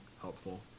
helpful